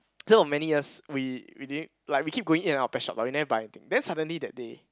so many years we we didn't like we keep going in and out of pet shop but we never buy anything then suddenly that day